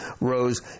rose